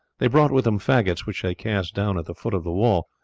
they brought with them faggots, which they cast down at the foot of the wall,